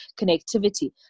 connectivity